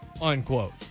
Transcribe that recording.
unquote